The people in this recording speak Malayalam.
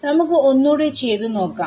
നമുക്ക് ഒന്നൂടെ ചെയ്തു നോക്കാം